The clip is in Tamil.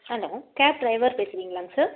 ஹலோ கேப் டிரைவர் பேசுறீங்ளாங் சார்